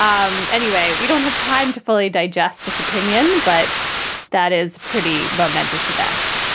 um anyway, we don't have time to fully digest this opinion, but that is pretty momentous event